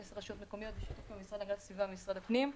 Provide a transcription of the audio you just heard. עשר רשויות מקומיות השתתפו במשרד להגנת הסביבה ובמשרד הפנים,